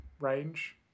range